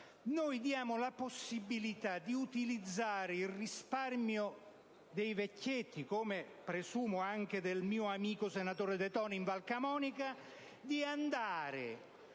Noi diamo la possibilità di utilizzare il sudato risparmio dei vecchietti, come presumo anche del mio amico senatore De Toni, in Val Camonica, per